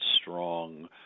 strong